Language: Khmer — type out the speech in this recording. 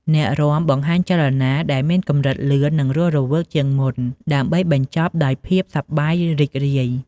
អ្នករាំបង្ហាញចលនាដែលមានកម្រិតលឿននិងរស់រវើកជាងមុន ដើម្បីបញ្ចប់ដោយភាពសប្បាយរីករាយ។